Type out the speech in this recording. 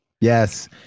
Yes